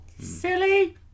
Silly